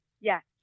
Yes